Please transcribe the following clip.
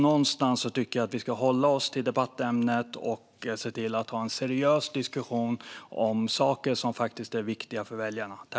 Någonstans tycker jag att vi ska hålla oss till debattämnet och se till att ha en seriös diskussion om saker som faktiskt är viktiga för väljarna.